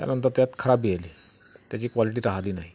त्यानंतर त्यात खराबी आली त्याची कॉलिटी राहिली नाही